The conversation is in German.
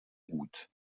gut